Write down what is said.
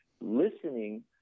listening